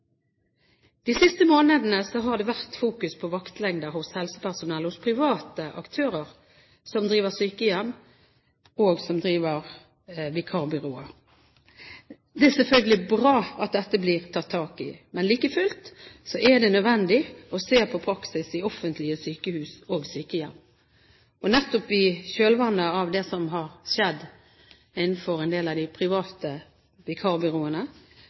De siste månedene har det vært fokus på vaktlengder for helsepersonell hos private aktører som driver sykehjem, og i vikarbyråer. Det er selvfølgelig bra at dette blir tatt tak i, men like fullt er det nødvendig å se på praksis i offentlige sykehus og sykehjem. Nettopp i kjølvannet av det som har skjedd innenfor en del av de private vikarbyråene,